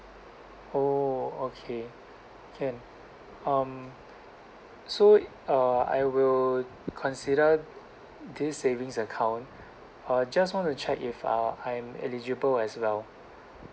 oh okay can um so uh I will consider this savings account uh just want to check if uh I'm eligible as well